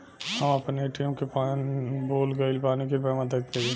हम आपन ए.टी.एम के पीन भूल गइल बानी कृपया मदद करी